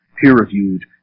peer-reviewed